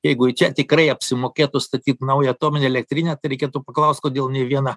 jeigu čia tikrai apsimokėtų statyt naują atominę elektrinę tai reikėtų paklaust kodėl nei viena